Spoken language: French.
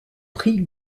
prix